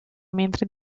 mentre